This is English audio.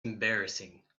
embarrassing